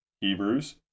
Hebrews